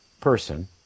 person